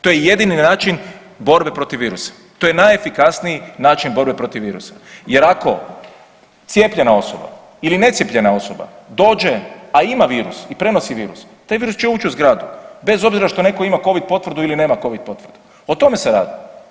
To je jedini način borbe protiv virusa, to je najefikasniji način borbe protiv virusa jer ako cijepljena osoba ili necijepljena osoba dođe, a ima virus i prenosi virus, taj virus će uć u zgradu bez obzira što neko ima covid potvrdu ili nema covid potvrdu, o tome se radi.